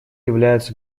являются